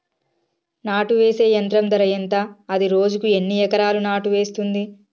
నాటు వేసే యంత్రం ధర ఎంత? అది రోజుకు ఎన్ని ఎకరాలు నాటు వేస్తుంది?